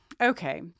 okay